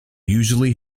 usually